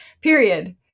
period